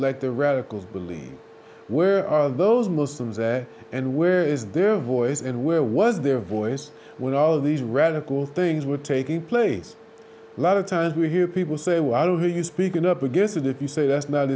like the radicals believe where are those muslims and where is their voice and where was their voice when all these radical things were taking place a lot of times we hear people say why don't you speak in up against it you say that's not